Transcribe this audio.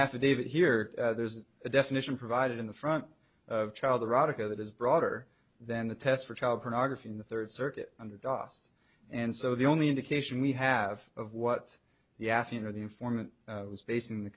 affidavit here there's a definition provided in the front of child erotica that is broader than the test for child pornography in the third circuit under doest and so the only indication we have of what the after the informant was